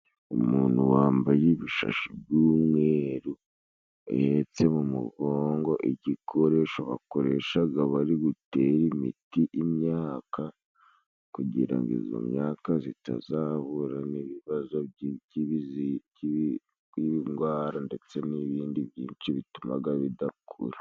Umuntu wambaye ibishashi by'umweru, uhetse mu mugongo igikoresho bakoresha bari gutera imit imyaka, kugira ngo n,iyo myaka itazahura n'ibibazo by'indwara, ndetse n'ibindi byinshi bituma bidakura.